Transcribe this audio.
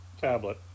Tablet